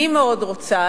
אני מאוד רוצה,